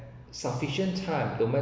sufficient time no matter